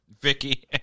Vicky